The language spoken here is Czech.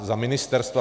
Za ministerstva.